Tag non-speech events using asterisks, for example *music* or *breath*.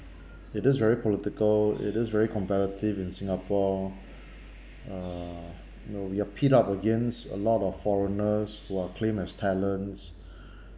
it is very political it is very competitive in singapore uh you know we are pit up against a lot of foreigners who are claims as talents *breath*